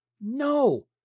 No